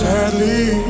Sadly